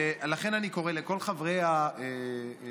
ולכן אני קורא לכל חברי הקואליציה